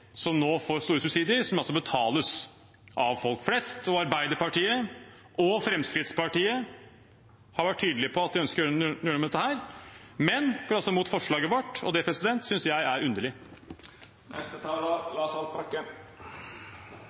som nå får store subsidier, som altså betales av folk flest. Arbeiderpartiet og Fremskrittspartiet har vært tydelige på at de ønsker å gjøre noe med dette, men går altså imot forslaget vårt, og det synes jeg er underlig.